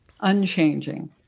unchanging